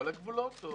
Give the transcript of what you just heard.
כל הגבולות?